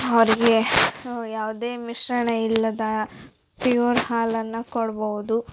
ಅವರಿಗೆ ಯಾವುದೇ ಮಿಶ್ರಣ ಇಲ್ಲದ ಪ್ಯೂರ್ ಹಾಲನ್ನು ಕೊಡ್ಬೋದು